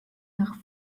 nach